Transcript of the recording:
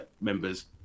members